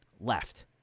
left